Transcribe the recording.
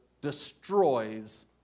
destroys